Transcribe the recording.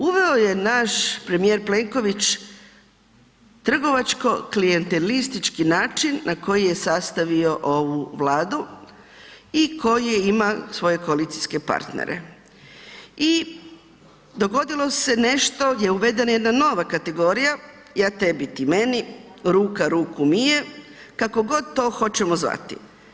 Uveo je naš premijer Plenković trgovačko-klijentelistički način na koji je sastavio ovu Vladu i koji ma svoje koalicijske partnere i dogodilo se nešto gdje je uvedena jedna nova kategorija „ja tebi, ti meni“, „ruka ruku mije“, kako god to hoćemo zvati.